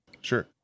Sure